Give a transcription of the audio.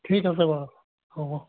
ঠিক আছে বাৰু হ'ব